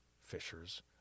Fishers